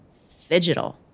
fidgetal